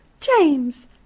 James